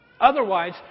Otherwise